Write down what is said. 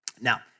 Now